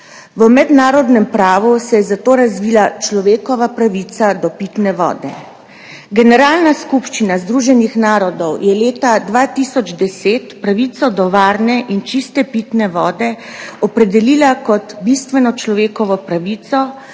V mednarodnem pravu se je zato razvila človekova pravica do pitne vode. Generalna skupščina Združenih narodov je leta 2010 pravico do varne in čiste pitne vode opredelila kot bistveno človekovo pravico